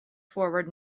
forward